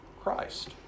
Christ